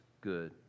good